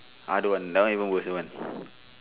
I don't want that one even worse one